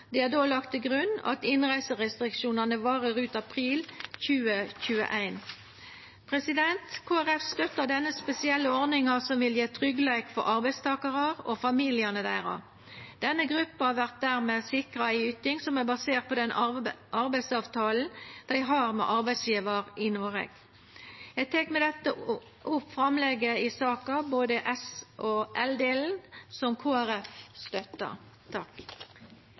Det er då lagt til grunn at innreiserestriksjonane varer ut april 2021. Kristeleg Folkeparti støttar denne spesielle ordninga som vil gje tryggleik for arbeidstakarar og familiane deira. Denne gruppa vert dermed sikra ei yting som er basert på den arbeidsavtalen dei har med arbeidsgjevaren i Noreg. Proposisjonen som behandles i dag, omhandler endringer i